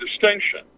distinction